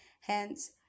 hence